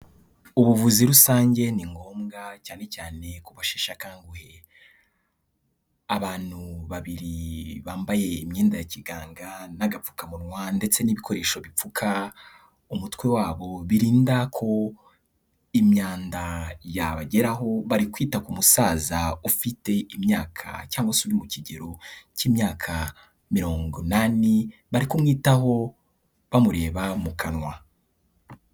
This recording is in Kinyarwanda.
Ubuvuzi rusange ni ngombwa cyane cyane ku basheshe akanguhe. Abantu babiri bambaye imyenda ya kiganga n'agapfukamunwa ndetse n'ibikoresho bipfuka umutwe wabo birinda ko imyanda yabageraho, bari kwita ku musaza ufite imyaka cyangwa se mu kigero cy'imyaka mirongo inani, bari kumwitaho bamureba mu kanwa.